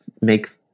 make